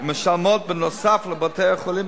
ומשלמות לבתי-החולים,